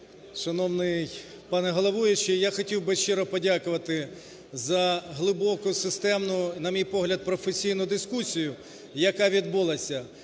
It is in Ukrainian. шановний пане головуючий, я хотів би щиро подякувати за глибоку, системну, на мій погляд, професійну дискусію, яка відбулася.